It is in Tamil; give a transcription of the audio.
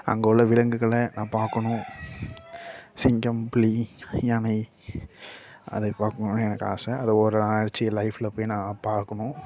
அங்கே உள்ள விலங்குகளை நான் பார்க்கணும் சிங்கம் புலி யானை அதை பார்க்கணுன்னு எனக்கு ஆசை அதை ஒருநாளாச்சும் என் லைஃபில் போய் நான் பார்க்குணும்